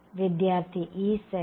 വിദ്യാർത്ഥി E z